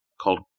called